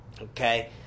Okay